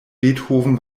beethoven